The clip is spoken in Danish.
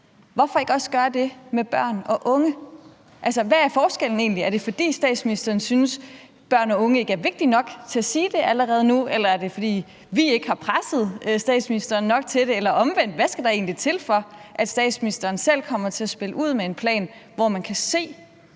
Hvorfor ikke også gøre det med børn og unge? Altså, hvad er forskellen egentlig? Er det, fordi statsministeren synes, at børn og unge ikke er vigtige nok til at sige det allerede nu, eller er det, fordi vi ikke har presset statsministeren nok til det, eller omvendt: Hvad skal der egentlig til, for at statsministeren selv kommer til at spille ud med en plan, hvor man kan se